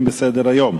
כך,